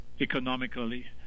economically